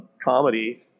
comedy